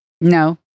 No